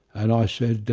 and i said,